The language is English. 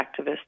activists